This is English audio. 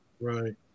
right